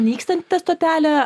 nykstanti ta stotelė